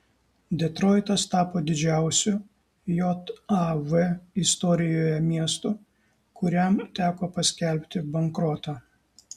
detroitas tapo didžiausiu jav istorijoje miestu kuriam teko paskelbti bankrotą